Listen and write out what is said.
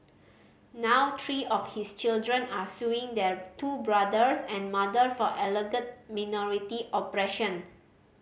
now three of his children are suing their two brothers and mother for alleged minority oppression